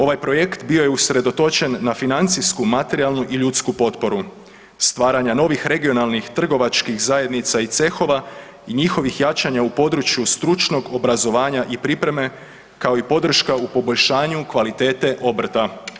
Ovaj projekt bio je usredotočen na financijsku, materijalu i ljudsku potporu stvaranja novih regionalnih trgovačkih zajednica i cehova i njihovih jačanja u području stručnog obrazovanja i pripreme kao i podrška u poboljšanju kvalitete obrta.